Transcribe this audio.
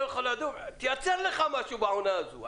יכול לדוג תייצר לך משהו בעונה הזאת.